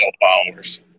followers